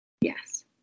Yes